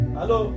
Hello